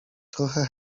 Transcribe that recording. trochę